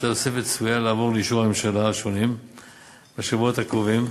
וטיוטה סופית צפויה לעבור לאישור נציגי הממשלה השונים בשבועות הקרובים.